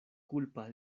kulpa